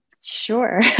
Sure